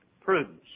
Prudence